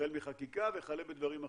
החל בחקיקה וכלה בדברים אחרים.